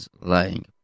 lying